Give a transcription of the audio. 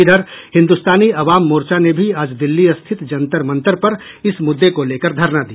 इधर हिन्दुस्तानी अवाम मोर्चा ने भी आज दिल्ली स्थित जंतर मंतर पर इस मुद्दे को लेकर धरना दिया